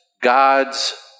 God's